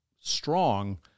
strong